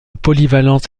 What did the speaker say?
polyvalence